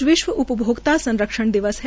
आज विश्व उपभोक्ता संरक्षण दिवस है